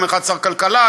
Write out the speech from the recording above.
יום אחד שר כלכלה,